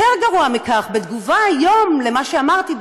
יותר גרוע מכך, בתגובה היום על מה שאמרתי ברדיו,